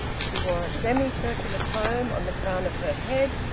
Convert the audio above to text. she wore a semi-circular comb on the crown of her head,